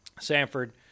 Sanford